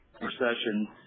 recession